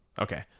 Okay